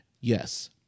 Yes